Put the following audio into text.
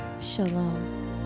Shalom